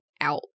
out